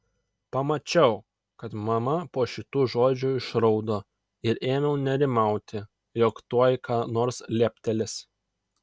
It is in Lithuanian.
pamačiau kad mama po šitų žodžių išraudo ir ėmiau nerimauti jog tuoj ką nors leptelės